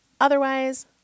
Otherwise